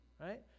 right